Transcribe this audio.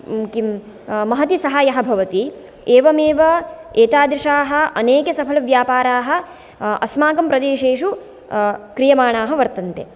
किम् महती सहायः भवति एवमेव एतादृशाः अनेके सफलव्यापाराः अस्माकं प्रदेशेषु क्रियमाणाः वर्तन्ते